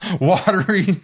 Watery